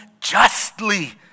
justly